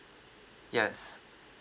yes